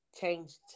changed